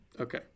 okay